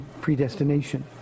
predestination